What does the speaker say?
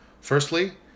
Firstly